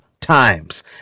times